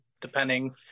depending